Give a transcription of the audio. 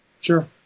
Sure